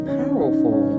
powerful